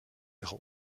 ihre